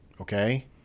okay